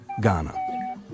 Ghana